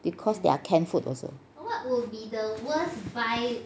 because they are canned food also